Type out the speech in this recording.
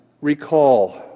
Recall